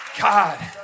God